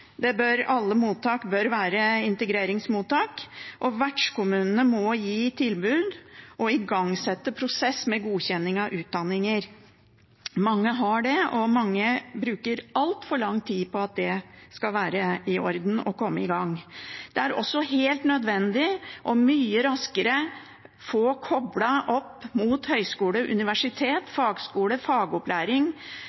Alle mottak bør være integreringsmottak, og vertskommunene må gi tilbud og igangsette en prosess med godkjenning av utdanninger. Mange har det, og mange bruker altfor lang tid på at det skal være i orden, og komme i gang. Det er også helt nødvendig mye raskere å få koblet de som har utdanning, opp mot høyskoler, universitet,